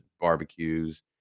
barbecues